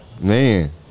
Man